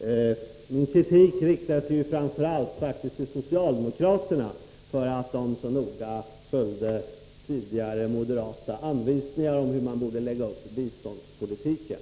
Men min kritik riktade sig framför allt mot socialdemokraterna för att de så noga följde tidigare moderata anvisningar om hur man borde lägga upp biståndspolitiken.